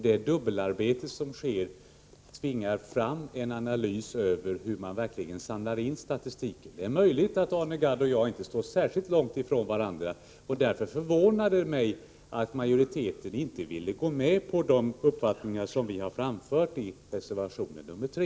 Det dubbelarbete som sker tvingar fram en analys av hur man verkligen samlar in statistiken. Det är möjligt att Arne Gadd och jag inte står särskilt långt från varandra, och därför förvånar det mig att majoriteten inte ville ansluta sig till de uppfattningar som vi har framfört i reservationen nr 3.